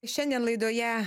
šiandien laidoje